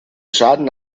schaden